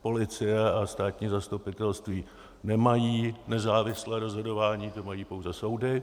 Policie a státní zastupitelství nemají nezávislé rozhodování, to mají pouze soudy.